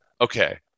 okay